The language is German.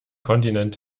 kontinent